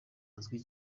uzwi